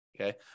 Okay